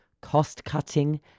cost-cutting